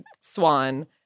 swan